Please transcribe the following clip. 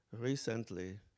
Recently